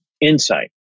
insight